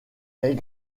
est